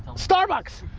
starbucks!